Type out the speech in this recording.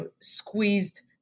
squeezed